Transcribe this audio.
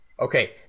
Okay